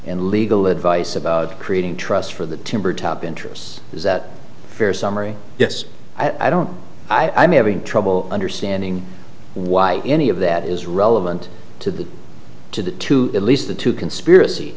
and legal advice about creating trust for the timber top interests is that fair summary yes i don't i'm having trouble understanding why any of that is relevant to the to the to at least the two conspiracy